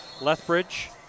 Lethbridge